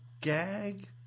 gag